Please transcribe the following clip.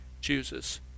chooses